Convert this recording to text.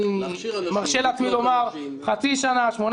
אני מרשה לעצמי לומר חצי שנה-שמונה